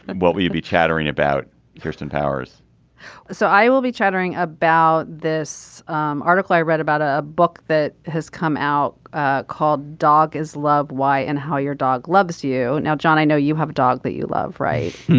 what would you be chattering about kirsten powers so i will be chattering about this um article i read about a book that has come out ah called dog is love. why and how your dog loves you. now jon i know you have dog that you love right.